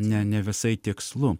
ne ne visai tikslu